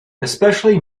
especially